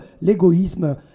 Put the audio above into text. l'égoïsme